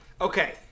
Okay